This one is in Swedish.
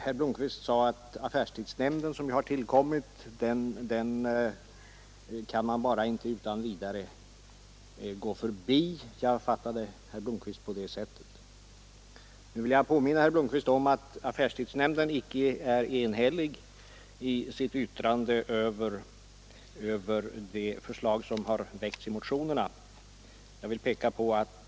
Herr Blomkvist anser att man inte utan vidare kan gå förbi affärstidsnämnden — jag uppfattade herr Blomkvist på det sättet. Jag vill påminna om att affärstidsnämndens yttrande över motionernas förslag inte är enhälligt.